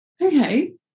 okay